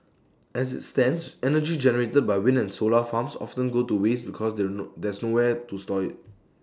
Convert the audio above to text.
as IT stands energy generated by wind and solar farms often goes to waste because there no there's nowhere to store IT